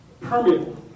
permeable